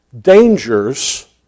dangers